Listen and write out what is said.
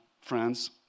friends